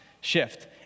shift